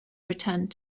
returned